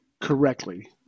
correctly